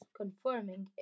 confirming